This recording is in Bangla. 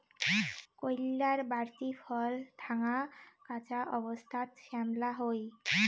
কইল্লার বাড়তি ফল ঢাঙা, কাঁচা অবস্থাত শ্যামলা হই